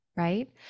Right